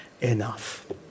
enough